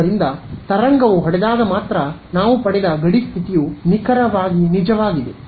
ಆದ್ದರಿಂದ ತರಂಗವು ಹೊಡೆದಾಗ ಮಾತ್ರ ನಾವು ಪಡೆದ ಗಡಿ ಸ್ಥಿತಿಯು ನಿಖರವಾಗಿ ನಿಜವಾಗಿದೆ